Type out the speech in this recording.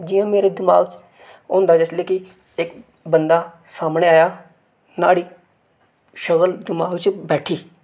जि'यां मेरे दिमाग च होंदा जिसलै कि इक बंदा सामनै आया न्हाड़ी शक्ल दिमाग च बैठी